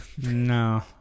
no